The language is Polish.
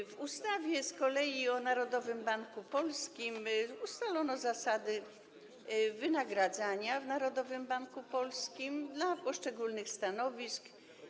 Z kolei w ustawie o Narodowym Banku Polskim ustalono zasady wynagradzania w Narodowym Banku Polskim dla poszczególnych stanowisk.